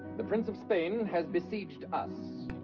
the prince of spain has besieged us.